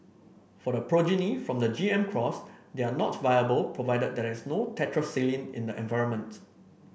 for the progeny from the G M cross they are not viable provided there is no tetracycline in the environment